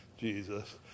Jesus